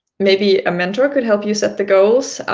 maybe a mentor could help you set the goals.